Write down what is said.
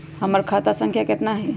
हमर खाता संख्या केतना हई?